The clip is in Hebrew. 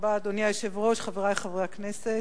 אדוני היושב-ראש, תודה רבה, חברי חברי הכנסת,